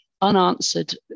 unanswered